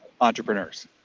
entrepreneurs